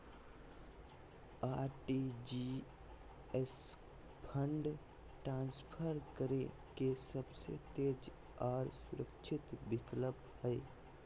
RTGS fund transfer करे के सबसे तेज आर सुरक्षित विकल्प हय